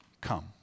come